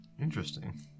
Interesting